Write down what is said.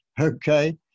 okay